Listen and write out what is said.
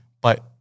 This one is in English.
But-